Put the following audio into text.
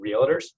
realtors